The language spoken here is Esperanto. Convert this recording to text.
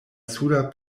suda